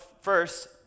first